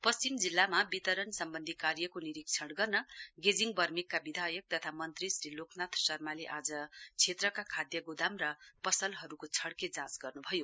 पश्चिम जिल्ला वितरण सम्वन्धी कार्यको निरीक्षण गर्न गेजिङ वर्मेकका विधायक तथा मन्त्री श्री लोकनाथ शर्माले आज क्षेत्रका खाद्य गोदाम र पसलहरूको छड़के जाँच गर्नुभयो